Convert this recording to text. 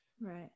Right